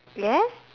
yes